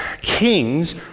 kings